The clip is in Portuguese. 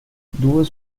duas